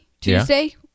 Tuesday